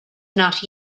not